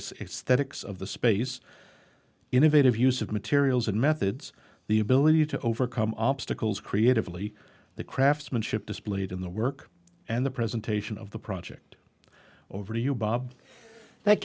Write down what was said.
excess of the space innovative use of materials and methods the ability to overcome obstacles creatively the craftsmanship displayed in the work and the presentation of the project over to you bob tha